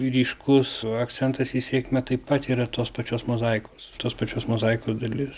ryškus akcentas į sėkmę taip pat yra tos pačios mozaikos tos pačios mozaikos dalis